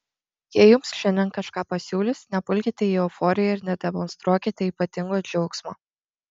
jei jums šiandien kažką pasiūlys nepulkite į euforiją ir nedemonstruokite ypatingo džiaugsmo